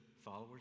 followers